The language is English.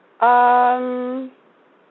um